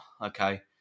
Okay